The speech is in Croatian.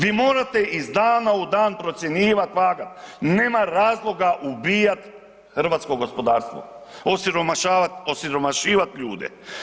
Vi morate iz dana u dan procjenjivat, vagat, nema razloga ubijat hrvatsko gospodarstvo, osiromašivat ljude.